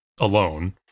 alone